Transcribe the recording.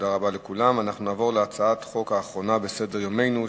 אנחנו נעבור להצעת החוק האחרונה בסדר-יומנו,